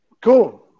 cool